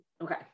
okay